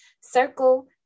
Circle